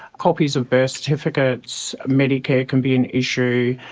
copies of birth certificates, medicare can be an issue,